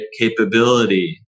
capability